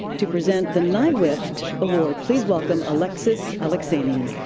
to present the nywift award, please welcome alexis alexanian.